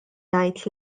ngħid